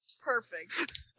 Perfect